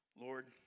Lord